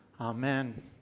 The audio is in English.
Amen